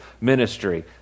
ministry